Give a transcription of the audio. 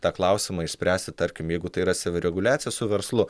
tą klausimą išspręsti tarkim jeigu tai yra savireguliacija su verslu